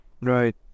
right